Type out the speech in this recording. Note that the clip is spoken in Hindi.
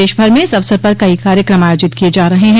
देशभर में इस अवसर पर कई कार्यक्रम आयोजित किए जा रहे हैं